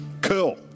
Cool